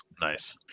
nice